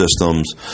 systems